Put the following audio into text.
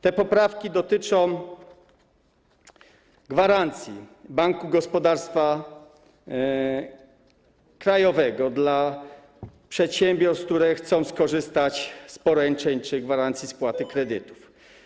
Te poprawki dotyczą gwarancji Banku Gospodarstwa Krajowego dla przedsiębiorstw, które chcą skorzystać z poręczeń czy gwarancji spłaty kredytu.